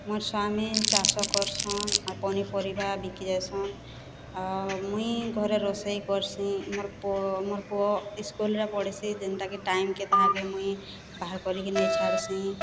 ମୋର୍ ସ୍ୱାମୀ ଚାଷ କରିଛନ୍ ଆଉ ପନିପରିବା ବିକ୍ରି କରିଛନ୍ ଆଉ ମୁଇଁ ଘରେ ରୋଷେଇ କରିଛି ମୋର୍ ପୁଅ ମୋର୍ ପୁଅ ସ୍କୁଲ୍ରେ ପଢିଛି ଯେନ୍ତା କି ଟାଇମ୍ ତାହାକେ ମୁଇଁ ବାହାର କରିକି ନେଇଁ ଛାଡ଼ିଛି